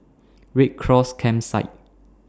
Red Cross Campsite